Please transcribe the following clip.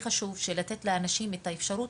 הדבר החשוב ביותר זה לתת לאנשים את האפשרות